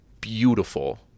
beautiful